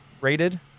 rated